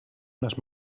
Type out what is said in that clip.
unas